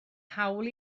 hawl